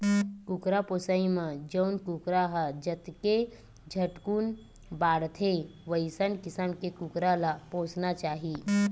कुकरा पोसइ म जउन कुकरा ह जतके झटकुन बाड़थे वइसन किसम के कुकरा ल पोसना चाही